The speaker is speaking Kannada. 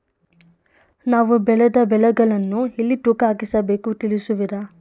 ನಾವು ಬೆಳೆದ ಬೆಳೆಗಳನ್ನು ಎಲ್ಲಿ ತೂಕ ಹಾಕಿಸಬೇಕು ತಿಳಿಸುವಿರಾ?